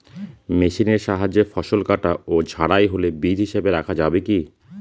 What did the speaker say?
মেশিনের সাহায্যে ফসল কাটা ও ঝাড়াই হলে বীজ হিসাবে রাখা যাবে কি?